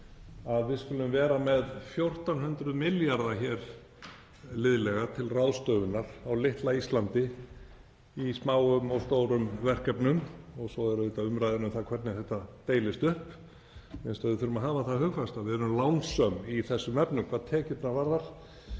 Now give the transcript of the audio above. að við skulum vera með liðlega 1.400 milljarða til ráðstöfunar á litla Íslandi í smáum og stórum verkefnum, og svo er auðvitað umræðan um það hvernig þetta deilist upp. Mér finnst að við þurfum að hafa það hugfast að við erum lánsöm í þessum efnum hvað tekjurnar varðar.